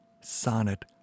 sonnet